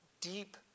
deep